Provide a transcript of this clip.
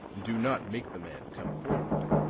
do not make the man come forward,